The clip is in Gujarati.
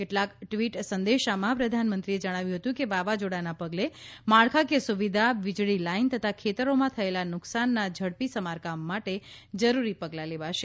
કેટલાક ટ્વીટ સંદેશામાં પ્રધાનમંત્રીએ જણાવ્યું હતું કે વાવાઝોડાના પગલે માળખાકીય સુવિધા વીજળી લાઇન તથા ખેતરોમાં થયેલા નુકસાનના ઝડપી સમારકામ માટે જરૂરી પગલા લેવાશે